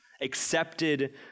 accepted